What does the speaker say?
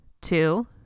two